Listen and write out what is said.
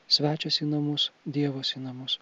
svečias į namus dievas į namus